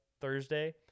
Thursday